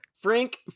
Frank